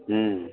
हुँ